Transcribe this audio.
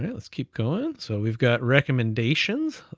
yeah let's keep going. so we've got recommendations.